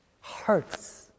hurts